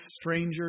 stranger